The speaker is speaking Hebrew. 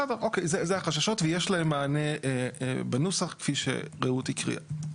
זה החששות ויש להן מענה בנוסח כפי שרעות הקריאה.